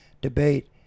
debate